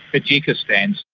tajikistan.